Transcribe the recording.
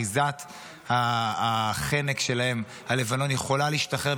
אחיזת החנק שלהם על לבנון יכולה להשתחרר,